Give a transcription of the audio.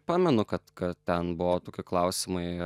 pamenu kad kad ten buvo tokie klausimai